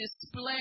display